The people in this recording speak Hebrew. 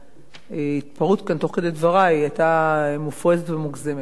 שההתפרעות כאן תוך כדי דברי היתה מופרזת ומוגזמת.